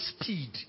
speed